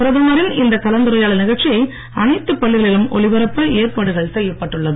பிரதமரின் இந்த கலந்துரையாடல் நிகழ்ச்சியை அனைத்து பள்ளிகளிலும் ஒளிபரப்ப ஏற்பாடுகள் செய்யப்பட்டுள்ளது